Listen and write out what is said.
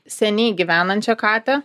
seniai gyvenančią katę